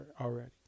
already